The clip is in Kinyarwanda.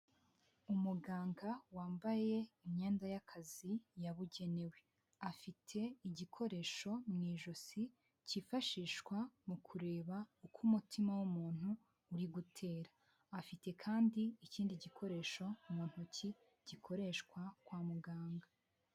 Umuganga wambaye imyenda y'akazi yabugenewe. Afite igikoresho mu ijosi kifashishwa mu kureba uko umutima w'umuntu uri gutera. Afite kandi ikindi gikoresho mu ntoki gikoreshwa kwa muganga.